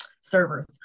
servers